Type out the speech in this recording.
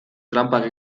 tranpak